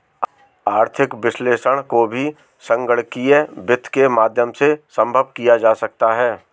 आर्थिक विश्लेषण को भी संगणकीय वित्त के माध्यम से सम्भव किया जा सकता है